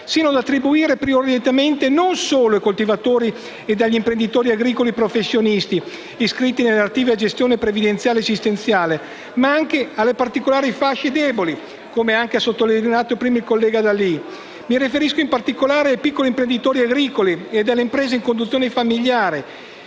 sia da attribuire prioritariamente non solo ai coltivatori e agli imprenditori agricoli professionali iscritti nella relativa gestione previdenziale e assistenziale, ma anche a particolari fasce deboli, come ha sottolineato prima anche il collega D'Alì: mi riferisco in particolare ai piccoli imprenditori agricoli e alle imprese a conduzione familiare